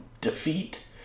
defeat